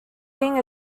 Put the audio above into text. being